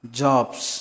jobs